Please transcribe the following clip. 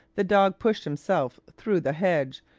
the dog pushed himself through the hedge,